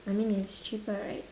I mean it's cheaper right